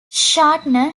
shatner